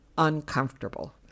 uncomfortable